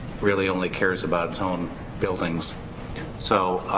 really only cares about its own buildings so